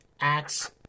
acts